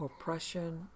oppression